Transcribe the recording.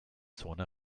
zone